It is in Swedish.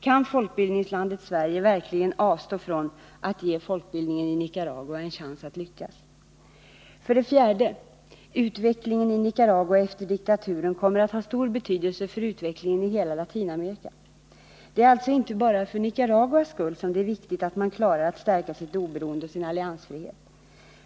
Kan vi i folkbildningslandet Sverige verkligen avstå från att ge folkbildningen i Nicaragua en chans att lyckas? För det fjärde: Utvecklingen i Nicaragua efter diktaturen kommer att ha stor betydelse för utvecklingen i hela Latinamerika. Det är alltså inte bara för Nicaraguas skull som det är viktigt att man klarar av att stärka sitt oberoende och sin alliansfrihet.